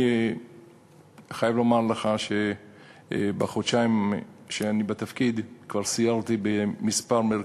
אני חייב לומר לך שבחודשיים שאני בתפקיד כבר סיירתי בכמה מרכזים.